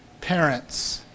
parents